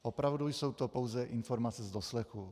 Opravdu jsou to pouze informace z doslechu.